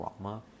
drama